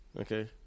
Okay